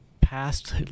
past